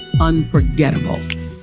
unforgettable